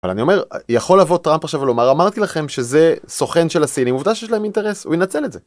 אבל אני אומר, יכול לבוא טראמפ עכשיו ולומר. אמרתי לכם שזה סוכן של הסינים, עובדה שיש להם אינטרס, הוא ינצל את זה.